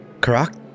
Karak